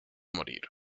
morir